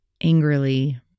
angrily